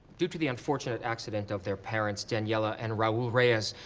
due to the unfortunate accident of their parents, daniella and raul reyes,